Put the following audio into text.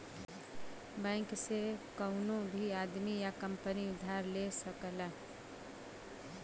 bank से कउनो भी आदमी या कंपनी उधार ले सकला